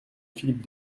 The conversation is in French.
philippe